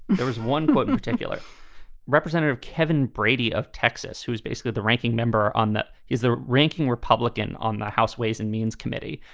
there was one and particular representative, kevin brady of texas, who is basically the ranking member on that. is the ranking republican on the house ways and means committee.